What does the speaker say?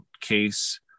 case